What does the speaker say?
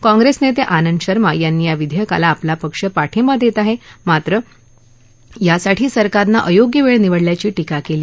काँप्रेस नेते आनंद शर्मा यांनी या विधेयकाला आपला पक्ष पाठींबा देत आहे मात्र त्यासाठी सरकारनं अयोग्य वेळ निवडल्याची टिका केली